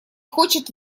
хочет